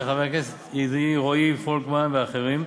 של חבר הכנסת רועי פולקמן ואחרים,